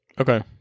Okay